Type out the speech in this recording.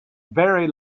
very